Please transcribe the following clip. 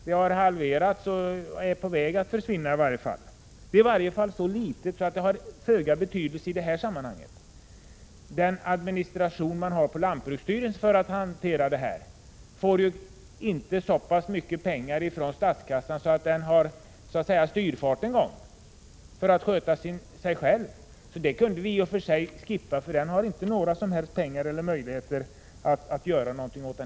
Det har halverats och är i varje fall på väg att försvinna. Stödet är i varje fall så litet att det har föga betydelse i detta sammanhang. Den administration som finns på lantbruksstyrelsen för att hantera dessa frågor får inte så mycket pengar från statskassan att den ens har styrfart för att kunna sköta sig själv. Den kunde i och för sig slopas, därför att den har inte vare sig pengar eller möjligheter att göra någonting.